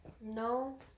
No